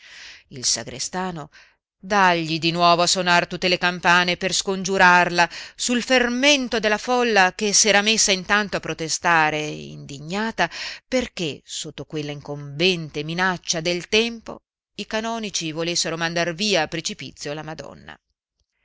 il sagrestano dàgli di nuovo a sonar tutte le campane per scongiurarla sul fermento della folla che s'era messa intanto a protestare indignata perché sotto quella incombente minaccia del tempo i canonici volessero mandar via a precipizio la madonna